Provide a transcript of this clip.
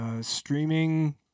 streaming